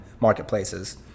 marketplaces